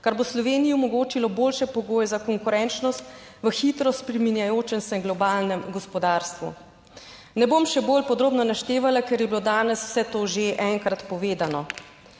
kar bo Sloveniji omogočilo boljše pogoje za konkurenčnost v hitro spreminjajočem se globalnem gospodarstvu. Ne bom še bolj podrobno naštevala, ker je bilo danes vse to že enkrat povedano.